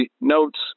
notes